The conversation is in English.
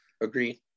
Agreed